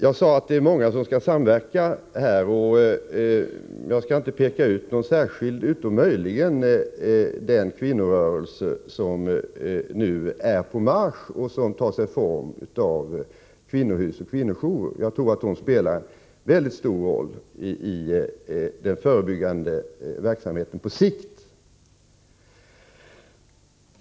Jag sade att det är många som skall samverka, och jag skall inte peka ut någon särskild förutom den kvinnorörelse som nu är på marsch och bygger upp kvinnohus och kvinnojourer. Jag tror att dessa kvinnor spelar en mycket stor roll i den förebyggande verksamheten på sikt.